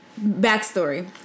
backstory